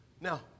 Now